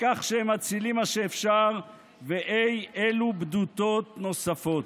בכך שהם מצילים מה שאפשר ואי אלו בדותות נוספות.